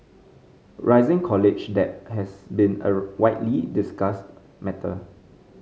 rising college debt has been a widely discussed matter